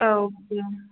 औ दे